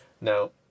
Now